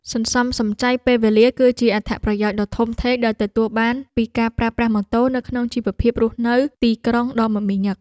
សន្សំសំចៃពេលវេលាគឺជាអត្ថប្រយោជន៍ដ៏ធំធេងដែលទទួលបានពីការប្រើប្រាស់ម៉ូតូនៅក្នុងជីវភាពរស់នៅទីក្រុងដ៏មមាញឹក។